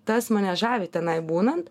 tas mane žavi tenai būnant